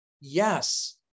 yes